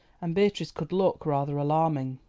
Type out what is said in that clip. and beatrice could look rather alarming.